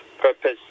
purpose